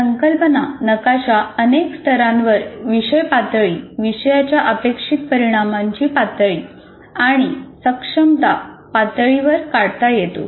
संकल्पना नकाशा अनेक स्तरांवर विषय पातळी विषयाच्या अपेक्षित परिणामाची पातळी आणि सक्षमता पातळीवर काढता येतो